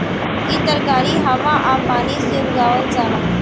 इ तरकारी हवा आ पानी से उगावल जाला